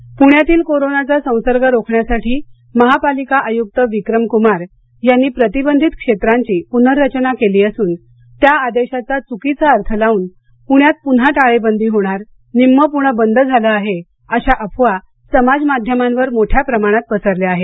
आयक्त प्ण्यातील कोरोनाचा संसर्ग रोखण्यासाठी महापालिका आयुक्त विक्रम कुमार यांनी प्रतिबंधित क्षेत्रांची पुनर्रचना केली असून त्या ादेशाचा चुकीचा अर्थ लावून पुण्यात पुन्हा टाळेबंदी होणार निम्मे पुणे बंद झाले आहे अशा अफवा समाज माध्यमांवर मोठ्या प्रमाणात पसरल्या आहेत